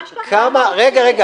לא להיסחף, זה ממש ככה --- רגע, רגע.